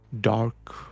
dark